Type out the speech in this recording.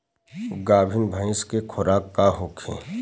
गाभिन भैंस के खुराक का होखे?